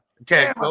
Okay